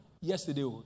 Yesterday